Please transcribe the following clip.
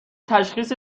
تشخیص